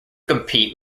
compete